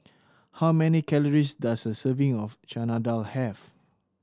how many calories does a serving of Chana Dal have